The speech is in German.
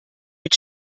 mit